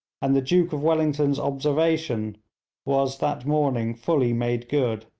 and the duke of wellington's observation was that morning fully made good,